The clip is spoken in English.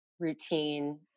routine